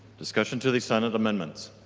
discussion to the senate amendment?